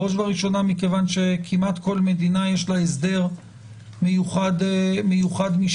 בראש ובראשונה כי כמעט כל מדינה יש לה הסדר מיוחד משלה.